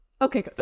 Okay